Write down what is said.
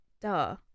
Duh